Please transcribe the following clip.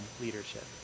leadership